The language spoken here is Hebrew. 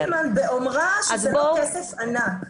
צודקת עידית סילמן באומרה שזה לא כסף ענק.